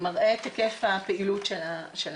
מראה את היקף הפעילות של המשרד.